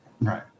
Right